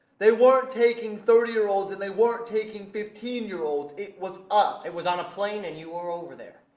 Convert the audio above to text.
they weren't taking thirty year olds and they weren't taking fifteen year olds. it was us. it was on a plane and you were over there.